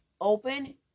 open